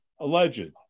Alleged